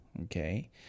okay